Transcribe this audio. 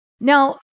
Now